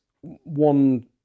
one